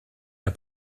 der